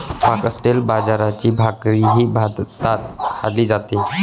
foxtail बाजरीची भाकरीही भारतात खाल्ली जाते